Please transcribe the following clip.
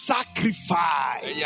Sacrifice